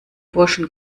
burschen